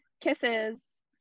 Kisses